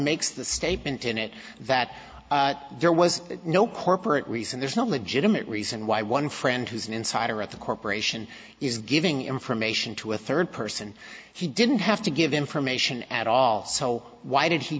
makes the statement in it that there was no corporate reason there's no legitimate reason why one friend who's an insider at the corporation is giving information to a third person he didn't have to give information at all so why did he